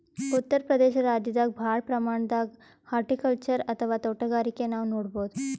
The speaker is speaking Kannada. ಉತ್ತರ್ ಪ್ರದೇಶ ರಾಜ್ಯದಾಗ್ ಭಾಳ್ ಪ್ರಮಾಣದಾಗ್ ಹಾರ್ಟಿಕಲ್ಚರ್ ಅಥವಾ ತೋಟಗಾರಿಕೆ ನಾವ್ ನೋಡ್ಬಹುದ್